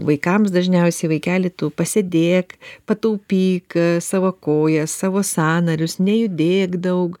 vaikams dažniausiai vaikeli tu pasėdėk pataupyk savo kojas savo sąnarius nejudėk daug